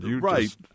right